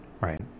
right